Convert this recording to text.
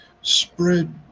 spread